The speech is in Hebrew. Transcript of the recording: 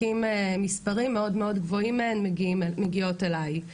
מספרים מאוד מאוד גבוהים מהן מגיעות אליי.